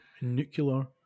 nuclear